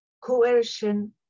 coercion